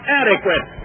adequate